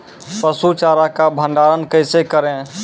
पसु चारा का भंडारण कैसे करें?